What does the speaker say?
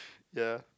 ya